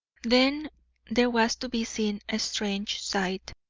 then there was to be seen a strange sight.